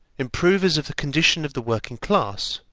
improvers of the condition of the working class,